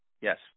Yes